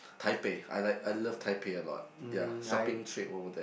Taipei I like I love Taipei a lot ya shopping trip over there